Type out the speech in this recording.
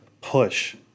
push